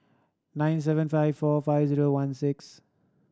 nine seven five four five zero one six